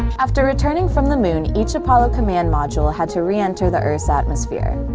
after returning from the moon, each apollo command module had to re-enter the earth's atmosphere.